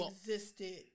existed